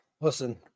Listen